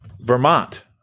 Vermont